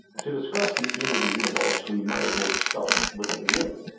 to discuss the end of the universe we might as well start with the beginning,